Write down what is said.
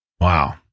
Wow